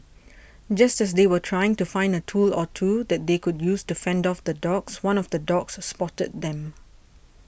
just as they were trying to find a tool or two that they could use to fend off the dogs one of the dogs spotted them